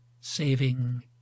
saving